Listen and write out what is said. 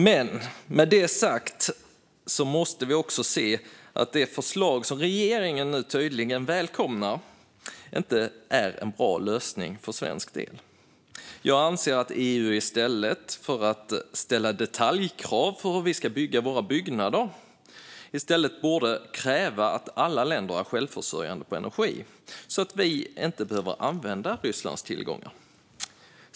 Men med det sagt måste vi också se att det förslag som regeringen nu tydligen välkomnar inte är en bra lösning för svensk del. Jag anser att EU i stället för att ställa detaljkrav på hur vi ska bygga våra byggnader borde kräva att alla länder är självförsörjande på energi, så att vi inte behöver använda Rysslands tillgångar.